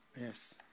Yes